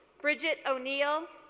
bridget o'neill,